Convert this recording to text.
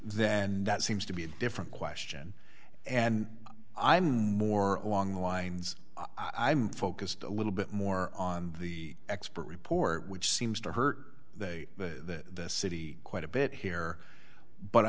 and that seems to be a different question and i'm more along the lines i'm focused a little bit more on the expert report which seems to hurt the city quite a bit here but